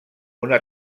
una